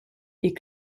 est